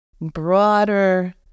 broader